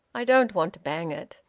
i don't want to bang it.